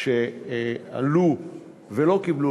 שעלו ולא קיבלו,